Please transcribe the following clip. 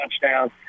touchdown